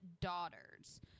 daughters